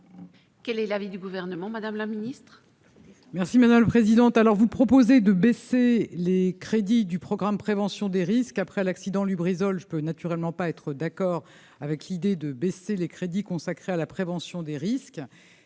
Quel est l'avis du gouvernement, Madame la Ministre. Merci madame président alors vous proposez de baisser les crédits du programme de prévention des risques après l'accident Lubrizol je peux naturellement pas être d'accord avec l'idée de baisser les crédits consacrés à la prévention des risques